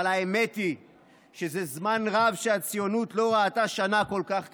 אבל האמת היא שזה זמן רב שהציונות לא ראתה שנה כל כך קשה,